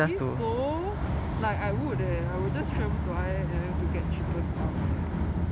it is though like I would eh I would just travel to I_M_M just to get cheaper stuff eh